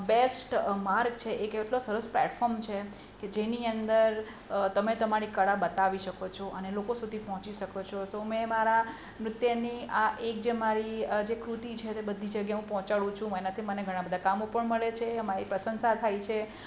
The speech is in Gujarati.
બેસ્ટ માર્ગ છે એક એટલો સરસ પ્લેટફોર્મ છે કે જેની અંદર તમે તમારી કળા બતાવી શકો છો અને લોકો સુધી પહોંચી શકો છો તો મેં મારા નૃત્યની આ એક જે કૃતિ છે એ બધી જગ્યા એ હું પહોંચાડું છું એનાથી મને ઘણા બધા કામો પણ મળે છે અને મારી પ્રશંસા થાય છે